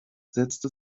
setzte